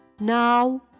Now